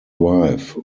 wife